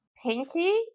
Pinky